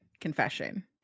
confession